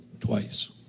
twice